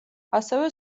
ასევე